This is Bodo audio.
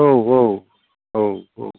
औ औ औ औ